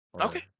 Okay